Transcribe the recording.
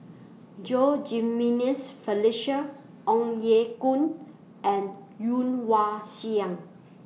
Low Jimenez Felicia Ong Ye Kung and Woon Wah Siang